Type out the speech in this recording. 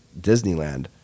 Disneyland